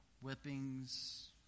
whippings